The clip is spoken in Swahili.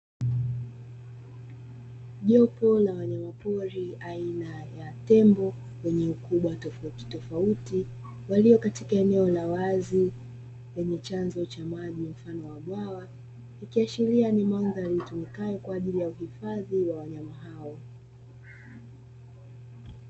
Jopo la wanyamapori aina ya tembo, wenye ukubwa tofautitofauti , walio katika eneo la wazi lenye chanzo cha maji mfano wa bwawa. Ikiashiria ni mandhari itumikayo kwa ajili ya uhifadhi wa wanyama hao.